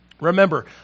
Remember